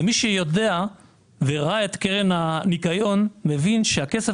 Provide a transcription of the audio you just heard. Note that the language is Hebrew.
מי שיודע וראה את קרן הניקיון מבין שהכסף